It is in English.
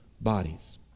bodies